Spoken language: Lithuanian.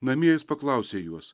namie jis paklausė juos